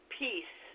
peace